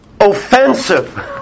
offensive